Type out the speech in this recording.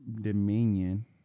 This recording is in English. Dominion